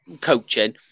coaching